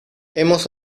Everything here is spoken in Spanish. hemos